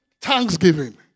Thanksgiving